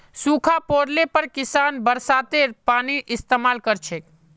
सूखा पोड़ले पर किसान बरसातेर पानीर इस्तेमाल कर छेक